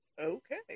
Okay